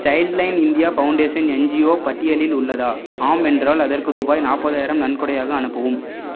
child Line India Foundation NGO பட்டியலில் உள்ளதா ஆம் என்றால் அதற்கு ரூபாய் நாற்பதாயிரம் நன்கொடையாக அனுப்பவும்